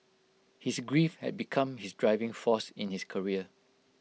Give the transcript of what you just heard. his grief had become his driving force in his career